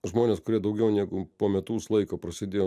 žmonės kurie daugiau negu po metus laiko prasidėjo